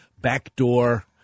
Backdoor